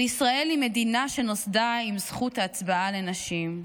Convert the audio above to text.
אבל ישראל היא מדינה שנוסדה עם זכות ההצבעה לנשים.